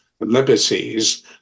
liberties